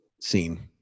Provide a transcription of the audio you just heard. scene